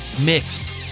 mixed